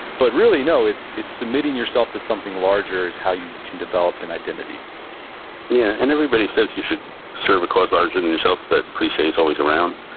but really, no, it's it's submitting yourself to something larger is how you can develop an identity yeah. and everybody says you should serve a cause larger than yourself, that cliche is always around,